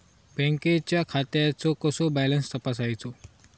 बँकेच्या खात्याचो कसो बॅलन्स तपासायचो?